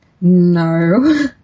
No